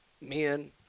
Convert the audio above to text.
men